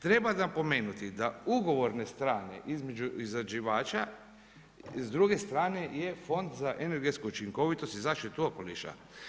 Treba napomenuti da ugovorne strane između izrađivača s druge strane je Fond za energetsku učinkovitost i zaštitu okoliša.